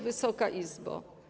Wysoka Izbo!